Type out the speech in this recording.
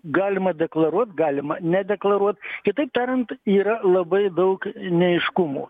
galima deklaruot galima nedeklaruot kitaip tariant yra labai daug neaiškumų